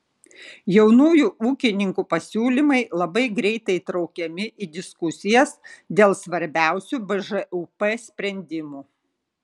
jaunųjų ūkininkų pasiūlymai labai greitai įtraukiami į diskusijas dėl svarbiausių bžūp sprendimų